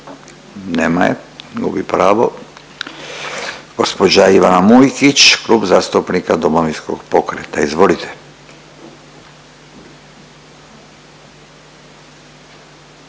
Nema je, gubi pravo. Gospođa Ivana Mujkić Klub zastupnika Domovinskog pokreta. Izvolite.